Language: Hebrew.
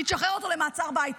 היא תשחרר אותו למעצר בית.